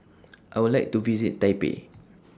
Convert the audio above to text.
I Would like to visit Taipei